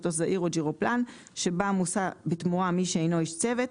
מטוס זעיר או ג'ירופלן - שבה מוסע בתמורה מי שאינו איש צוות,